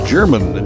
German